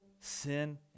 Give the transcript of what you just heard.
sin